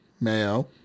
Mayo